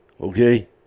Okay